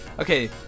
Okay